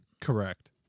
correct